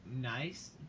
nice